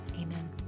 amen